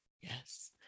yes